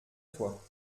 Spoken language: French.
toi